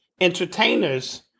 entertainers